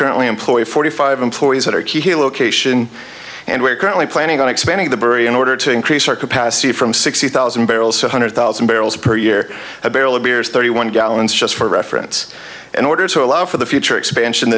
currently employ forty five employees that are key here location and we're currently planning on expanding the beurre in order to increase our capacity from sixty thousand barrels one hundred thousand barrels per year a barrel of beers thirty one gallons just for reference in order to allow for the future expansion